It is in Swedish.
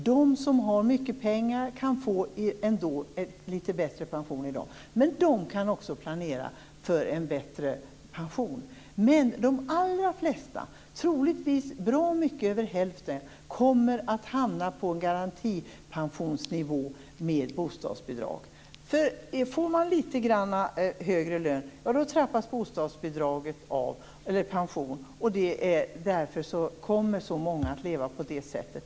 De som har mycket pengar kan få en litet bättre pension i dag men de kan också planera för en bättre pension. De allra flesta, troligtvis långt fler än hälften, kommer dock att hamna på en garantipensionsnivå med bostadsbidrag. Får man litet högre lön, trappas bostadsbidraget eller pensionen av. Därför kommer många att leva på det sättet.